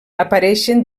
apareixen